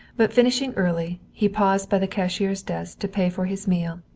but finishing early, he paused by the cashier's desk to pay for his meal,